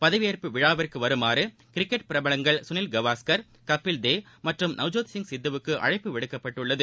பதவியேற்பு விழாவுக்குவருமாறுகிரிக்கெட் பிரபலங்கள் சுனில் கவாஸ்கர் கபில்தேவ் மற்றும் நவ்ஜோத் சிங் சித்துவுக்குஅழைப்பு விடுக்கப்பட்டுள்ளது